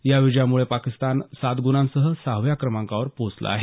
या विजयामुळे पाकिस्तान सात गुणांसह सहाव्या क्रमांकावर पोहोचला आहे